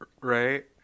right